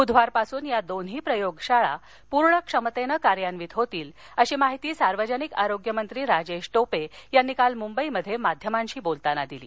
बुधवारपासून या दोन्ही प्रयोगशाळा पूर्ण क्षमतेने कार्यान्वित होतील अशी माहिती सार्वजनिक आरोग्यमंत्री राजेश टोपे यांनी काल मुंबईत माध्यमांशी बोलताना दिली